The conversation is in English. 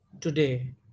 today